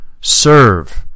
serve